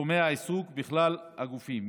תחומי העיסוק בכלל הגופים.